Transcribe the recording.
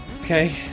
Okay